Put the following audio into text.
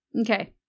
okay